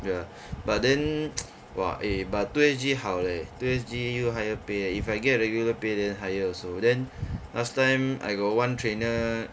ya but then !wah! eh but two S_G 好 leh two S_G 又 higher pay eh if I get regular pay then higher also then last time I got one trainer